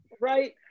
Right